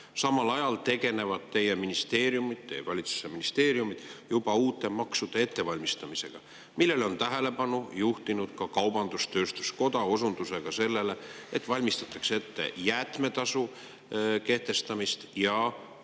teie ministeeriumid, teie valitsuse ministeeriumid juba uute maksude ettevalmistamisega, millele on tähelepanu juhtinud ka Kaubandus-Tööstuskoda, osutades sellele, et valmistatakse ette jäätmetasu kehtestamist ja